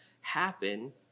happen